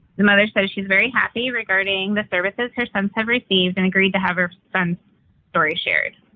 the mother says she's very happy regarding the services her sons have received and agreed to have her son's story shared.